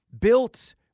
built